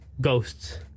ghosts